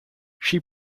she